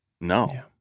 No